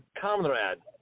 comrade